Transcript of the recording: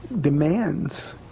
demands